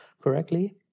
correctly